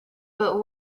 but